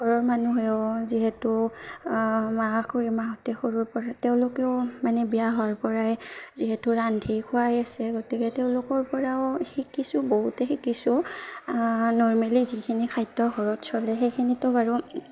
ঘৰৰ মানুহেও যিহেতু মা খুৰীমাহঁতে সৰুৰ পৰা তেওঁলোকেও মানে বিয়া হোৱাৰ পৰাই যিহেতু ৰান্ধি খোৱাই আছে গতিকে তেওঁলোকৰ পৰাও শিকিছোঁ বহুতেই শিকিছোঁ নৰ্মেলি যিখিনি খাদ্য ঘৰত চলে সেইখিনিতো বাৰু